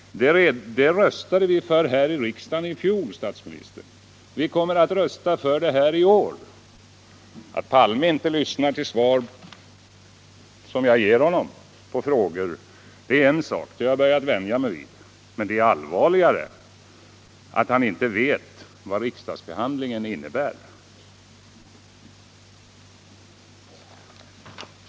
Det röstade vi för här i riksdagen i fjol. Vi kommer att rösta för det i år också. Att herr Palme inte lyssnar till de svar som jag ger honom på hans frågor, det är en sak som jag har börjat vänja mig vid. Men det är allvarligare att han inte vet vad riksdagsbehandlingen innebär.